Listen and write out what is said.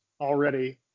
already